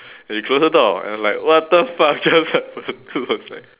then you close the door and I'm like what the fuck just happened was like